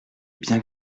bien